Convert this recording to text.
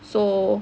so